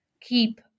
keep